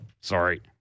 sorry